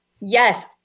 yes